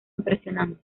impresionante